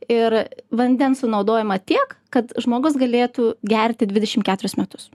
ir vandens sunaudojama tiek kad žmogus galėtų gerti dvidešim keturis metus